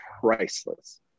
priceless